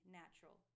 natural